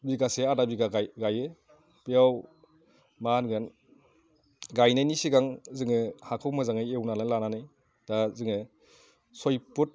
बिगासे आधा बिगा गायो बेयाव मा होनगोन गायनायनि सिगां जोङो हाखौ मोजाङै एवनानै लानानै दा जोङो सय फुत